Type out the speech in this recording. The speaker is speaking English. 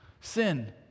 Sin